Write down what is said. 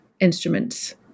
instruments